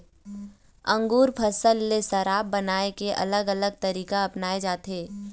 अंगुर फसल ले शराब बनाए के अलग अलग तरीका अपनाए जाथे